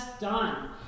done